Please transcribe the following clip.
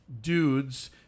dudes